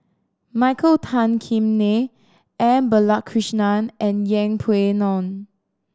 Michael Tan Kim Nei M Balakrishnan and Yeng Pway Ngon